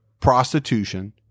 prostitution